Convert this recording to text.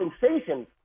compensation